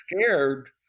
scared